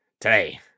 today